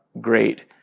great